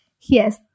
Yes